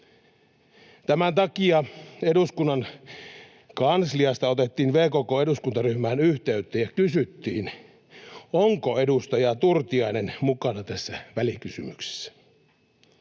Tämän takia eduskunnan kansliasta otettiin VKK:n eduskuntaryhmään yhteyttä ja kysyttiin, onko edustaja Turtiainen mukana tässä välikysymyksessä.